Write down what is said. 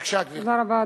בבקשה, גברתי.